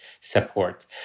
support